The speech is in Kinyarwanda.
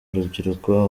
urubyiruko